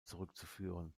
zurückzuführen